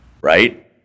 Right